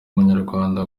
umunyarwanda